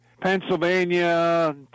Pennsylvania